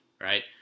right